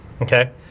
okay